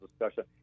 discussion